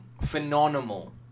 phenomenal